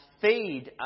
feed